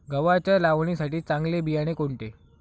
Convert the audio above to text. गव्हाच्या लावणीसाठी चांगले बियाणे कोणते?